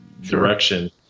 direction